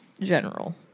General